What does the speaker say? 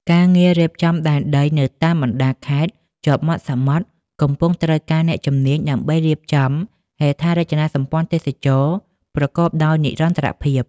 ការងាររៀបចំដែនដីនៅតាមបណ្ដាខេត្តជាប់មាត់សមុទ្រ កំពុងត្រូវការអ្នកជំនាញដើម្បីរៀបចំហេដ្ឋារចនាសម្ព័ន្ធទេសចរណ៍ប្រកបដោយនិរន្តរភាព។